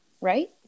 right